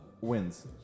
wins